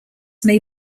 may